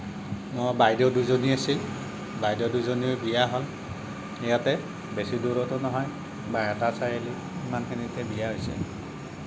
মোৰ বাইদেউ দুজনী আছিল বাইদেউ দুজনীৰ বিয়া হ'ল ইয়াতে বেছি দূৰতো নহয় বাইহাটা চাৰিআলি ইমানখিনিতে বিয়া হৈছে